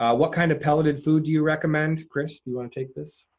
ah what kind of pelleted food do you recommend? kris, do you wanna take this?